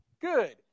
Good